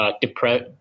depressed